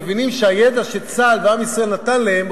מבינים שהידע שצה"ל ועם ישראל נתן להם,